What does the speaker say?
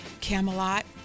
Camelot